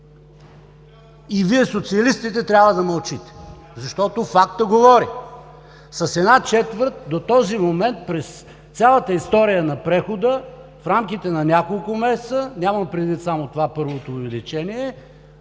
и Вие социалистите трябва да мълчите, защото фактът говори – с една четвърт до този момент през цялата история на прехода в рамките на няколко месеца, нямам предвид само това първото увеличение,